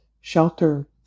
shelter